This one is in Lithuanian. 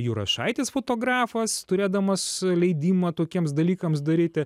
jurašaitis fotografas turėdamas leidimą tokiems dalykams daryti